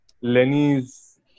Lenny's